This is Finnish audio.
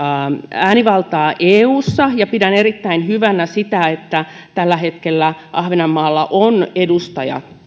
äänivaltaa eussa ja pidän erittäin hyvänä sitä että tällä hetkellä ahvenanmaalla on edustaja